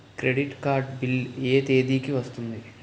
Credit card bill ఎ తేదీ కి వస్తుంది?